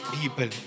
people